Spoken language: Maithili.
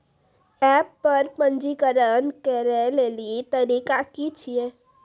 एप्प पर पंजीकरण करै लेली तरीका की छियै?